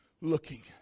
looking